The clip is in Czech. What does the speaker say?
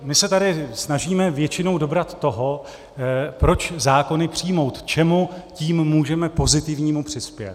My se tady snažíme většinou dobrat toho, proč zákony přijmout, čemu tím můžeme pozitivnímu přispět.